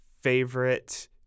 favorite